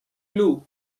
clue